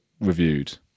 reviewed